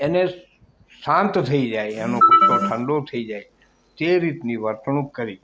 એને શાંત થઈ જાય એનો ઠંડો થઈ જાય તે રીતની વર્તણૂંક કરી કે જે